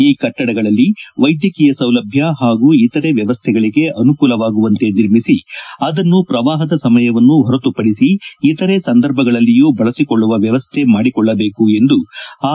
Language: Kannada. ಈ ಕೆಟ್ಟಡಗಳಲ್ಲಿ ವೈದ್ಯಕೀಯ ಸೌಲಭ್ಯ ಹಾಗೂ ಇತರೆ ವ್ಯವಸ್ಥೆಗಳಿಗೆ ಅನುಕೂಲವಾಗುವಂತೆ ನಿರ್ಮಿಸಿ ಅದನ್ನು ಪ್ರವಾಹದ ಸಮಯವನ್ನು ಹೊರತುಪಡಿಸಿ ಇತರೆ ಸಂದರ್ಭಗಳಲ್ಲಿಯೂ ಬಳಸಿಕೊಳ್ಳುವ ವ್ಯವಸ್ಥೆ ಮಾಡಿಕೊಳ್ಳಬೇಕು ಎಂದು ಆರ್